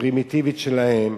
הפרימיטיבית שלהם,